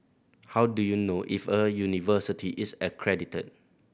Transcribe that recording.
how do you know if a university is accredited